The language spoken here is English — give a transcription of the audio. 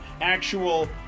actual